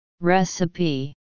Recipe